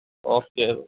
okay